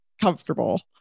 comfortable